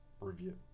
review